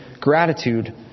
gratitude